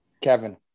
Kevin